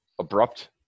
abrupt